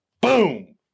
Boom